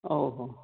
ହଉ ହଉ